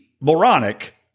moronic